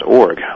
org